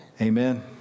Amen